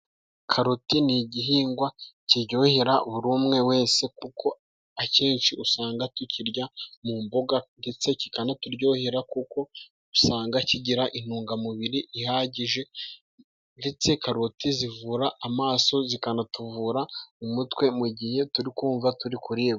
Karoti ni igihingwa kiryohera buri umwe wese, kuko akenshi usanga tukirya mu mboga ndetse kikanaturyohera, kuko usanga kigira intungamubiri ihagije, ndetse karoti zivura amaso, zikanatuvura mu mutwe mu gihe turi kumva turi kuribwa.